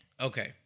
Okay